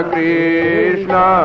Krishna